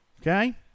Okay